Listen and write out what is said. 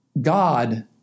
God